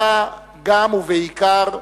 אלא גם ובעיקר תזכורת,